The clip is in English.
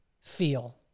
feel